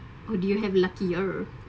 would you have lucky or